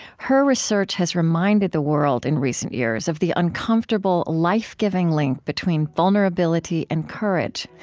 her research has reminded the world in recent years of the uncomfortable, life-giving link between vulnerability and courage.